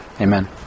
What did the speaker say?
amen